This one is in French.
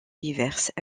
diverses